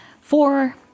Four